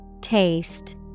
Taste